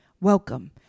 welcome